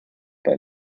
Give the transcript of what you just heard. bei